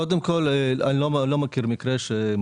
קודם כל אני לא מכיר מקרה.